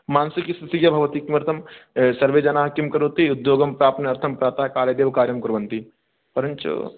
मानसिकी स्थितिः या भवति किमर्थं सर्वे जनाः किं करोति उद्योगं प्राप्त्यर्थं प्रातःकाले देवकार्यं कुर्वन्ति परञ्च